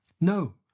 No